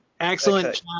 excellent